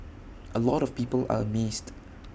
A lot of people are amazed